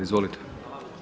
Izvolite.